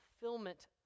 fulfillment